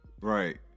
right